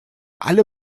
alle